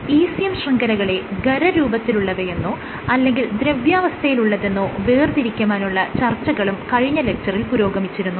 ECM ശൃംഖലകളെ ഖരരൂപത്തിലുള്ളവയെന്നോ അല്ലെങ്കിൽ ദ്രവ്യാവസ്ഥയിലുള്ളതെന്നോ വേർതിരിക്കുവാനുള്ള ചർച്ചകളും കഴിഞ്ഞ ലെക്ച്ചറിൽ പുരോഗമിച്ചിരുന്നു